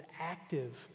active